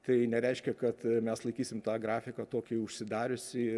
tai nereiškia kad mes laikysim tą grafiką tokį užsidariusį